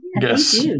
Yes